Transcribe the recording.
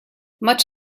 much